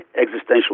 existential